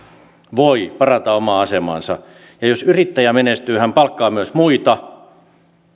voi parantaa omaa asemaansa ja jos yrittäjä menestyy hän palkkaa myös muita